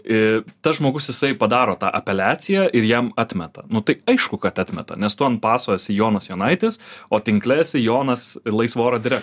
i tas žmogus jisai padaro tą apeliaciją ir jam atmeta nu tai aišku kad atmeta nes tu ant paso esi jonas jonaitis o tinkle sijonas ir laisvo oro direktorius